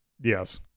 Yes